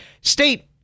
State